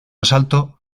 asalto